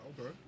Okay